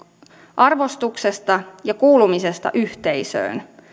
arvostuksesta ja kuulumisesta yhteisöön